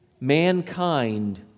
mankind